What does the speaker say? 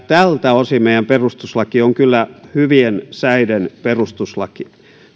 tältä osin meidän perustuslakimme on kyllä hyvien säiden perustuslaki